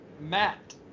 Matt